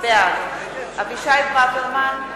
בעד אבישי ברוורמן,